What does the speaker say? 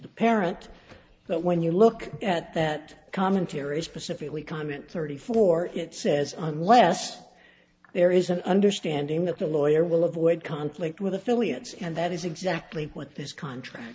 the parent but when you look at that commentary specifically comment thirty four it says unless there is an understanding that the lawyer will avoid conflict with affiliates and that is exactly what this contract